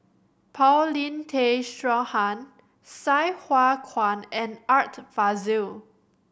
Paulin Tay Straughan Sai Hua Kuan and Art Fazil